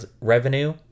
revenue